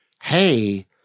hey